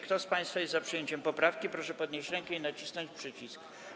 Kto z państwa jest za przyjęciem poprawki, proszę podnieść rękę i nacisnąć przycisk.